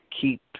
keep